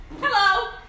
Hello